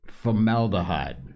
Formaldehyde